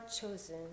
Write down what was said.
chosen